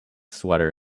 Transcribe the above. sweater